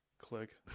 Click